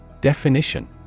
Definition